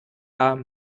are